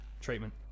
treatment